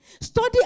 study